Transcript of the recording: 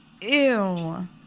Ew